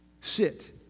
sit